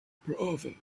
proverbs